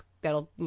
that'll